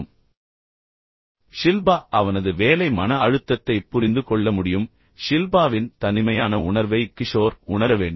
இப்போது ஷில்பா அவனது வேலை மன அழுத்தத்தைப் புரிந்துகொள்ள முடியும் அது எதுவாக இருந்தாலும் ஷில்பாவின் தனிமையான உணர்வை கிஷோர் உணர வேண்டும்